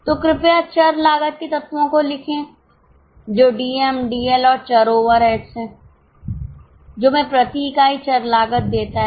तो कृपया चर लागत के तत्वों को लिखें जो डीएम डीएल और चर ओवरहेड्स है जो हमें प्रति इकाई चर लागत देता है